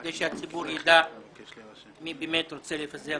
כדי שהציבור יידע מי באמת רוצה לפזר